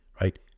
right